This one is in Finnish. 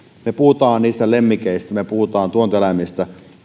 me puhumme lemmikeistä kun me puhumme tuotantoeläimistä